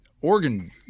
organ